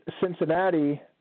Cincinnati